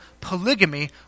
polygamy